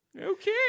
Okay